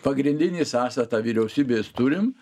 pagrindinį sąstatą vyriausybės turim